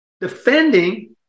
defending